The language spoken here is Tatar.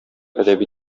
әдәби